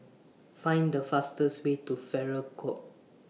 Find The fastest Way to Farrer Court